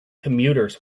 commuters